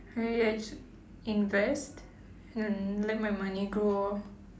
maybe I should invest and let my money grow